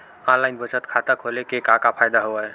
online बचत खाता खोले के का का फ़ायदा हवय